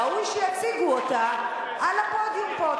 ראוי שיציגו אותה על הפודיום פה.